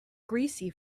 greasy